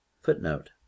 footnote